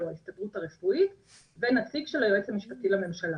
ההסתדרות הרפואית ונציג של היועץ המשפטי לממשלה.